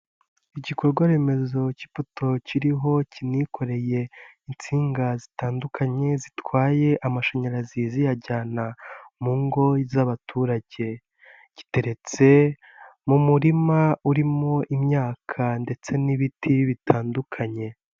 Igikorwa remezo cy'ipoto kiriho kinikoreye insinga zitandukanye zitwaye amashanyarazi ziyajyana mu ngo z'abaturage, giteretse mu murima urimo imyaka ndetse n'ibiti bitandukanye.